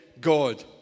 God